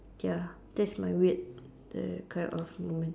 ya that's my weird the kind of moment